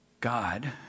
God